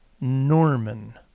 Norman